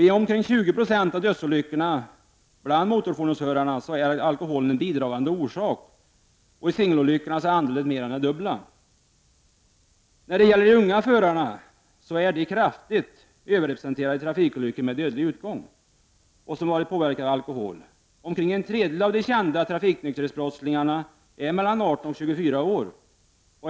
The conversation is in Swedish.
I omkring 20 76 av dödsolyckorna bland motorfordonsförarna är alkoholen en bidragande orsak, och i singelolyckorna är andelen mer än det dubbla. De unga förarna är kraftigt överrepresenterade i trafikolyckor med dödlig utgång där bilföraren har varit påverkad av alkohol. Omkring en tredjedel av de kända trafiknykterhetsbrottslingarna är mellan 18 och 24 år.